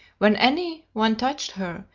when any one touched her,